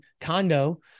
condo